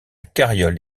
carriole